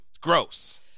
gross